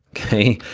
okay.